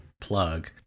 plug